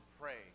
pray